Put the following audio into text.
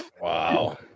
Wow